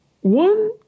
One